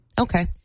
Okay